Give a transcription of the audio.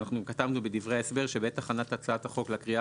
כתבנו בדברי ההסבר שבעת הכנת הצעת החוק לקריאה